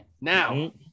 Now